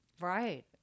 right